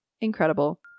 incredible